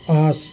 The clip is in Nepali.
अस